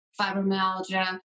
fibromyalgia